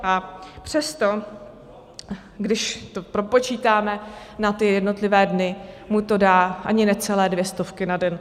A přesto, když to propočítáme na jednotlivé dny, mu to dá ani ne celé dvě stovky na den.